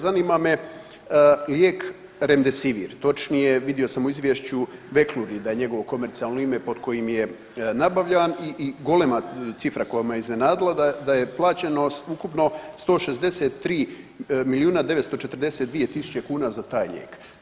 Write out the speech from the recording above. Zanima me lijek Remdesivir, točnije vidio sam u izvješću Vekludi da je njegovo komercijalno ime pod kojim je nabavljan i golema cifra koja me iznenadila da je plaćeno ukupno 163 milijuna 942 tisuće kuna za taj lijek.